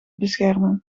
beschermen